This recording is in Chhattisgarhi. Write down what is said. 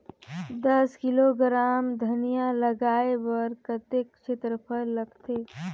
दस किलोग्राम धनिया लगाय बर कतेक क्षेत्रफल लगथे?